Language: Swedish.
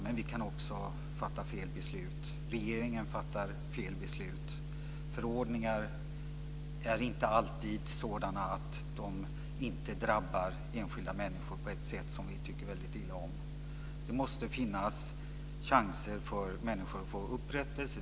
Men vi kan också fatta fel beslut. Regeringen fattar fel beslut. Förordningar är inte alltid sådana att de inte drabbar enskilda människor på ett sätt som vi tycker väldigt illa om. Det måste finnas möjligheter för människor att få upprättelse.